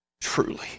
Truly